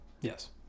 yes